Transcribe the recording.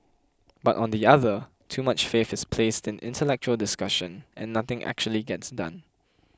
but on the other too much faith is placed in intellectual discussion and nothing actually gets done